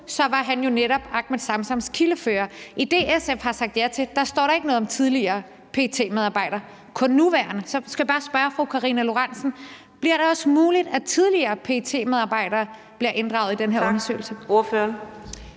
var han jo netop Ahmed Samsams kildefører. I det, SF har sagt ja til, står der ikke noget om tidligere PET-medarbejdere, kun nuværende. Så jeg skal bare spørge fru Karina Lorentzen Dehnhardt: Bliver det også muligt, at tidligere PET-medarbejdere bliver inddraget i den her undersøgelse?